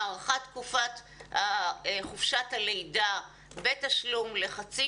הארכת תקופת חופשת הלידה בתשלום לחצי